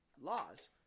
laws